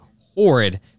horrid